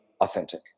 authentic